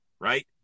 right